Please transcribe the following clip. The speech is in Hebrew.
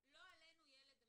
לא עלינו ילד מת.